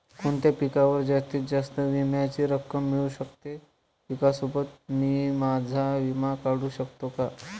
कोणत्या पिकावर जास्तीत जास्त विम्याची रक्कम मिळू शकते? पिकासोबत मी माझा विमा काढू शकतो का?